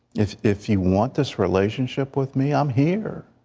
if if you want this relationship with me, i'm here,